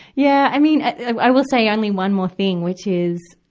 yeah. i mean, i will say only one more thing, which is,